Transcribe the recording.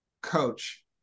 coach